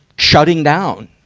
shutting down,